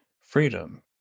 freedom